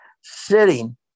sitting